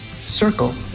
circle